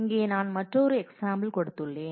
இங்கே நான் மற்றொரு எக்ஸாம்பிள் கொடுத்தேன்